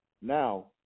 Now